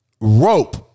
rope